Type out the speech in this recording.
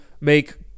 make